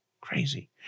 Crazy